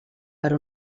per